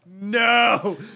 No